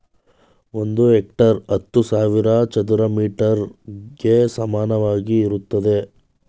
ಒಂದು ಹೆಕ್ಟೇರ್ ಹತ್ತು ಸಾವಿರ ಚದರ ಮೀಟರ್ ಗೆ ಸಮಾನವಾಗಿರುತ್ತದೆ